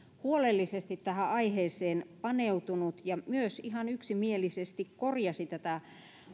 huolellisesti tähän aiheeseen paneutunut ja myös ihan yksimielisesti korjasi tätä